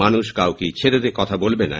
মানুষ কাউকেই ছেড়ে কখা বলে না